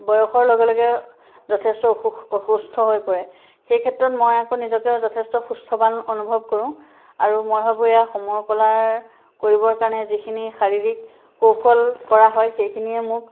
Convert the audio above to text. বয়সৰ লগে লগে যথেষ্ট অসুখ অসুস্থ হৈ পৰে সেই ক্ষেত্ৰত মই আকৌ নিজকে যথেষ্ট সুস্থবান অনুভৱ কৰোঁ আৰু মই ভাবোঁ এইয়া সমৰ কলাৰ কৰিবৰ কাৰণে যিখিনি শাৰীৰিক কৌশল কৰা হয় সেইখিনিয়ে মোক